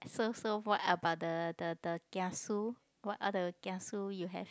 so so what about the the the kiasu what are the kiasu you have